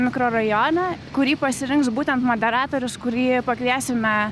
mikrorajone kurį pasirinks būtent moderatorius kurį pakviesime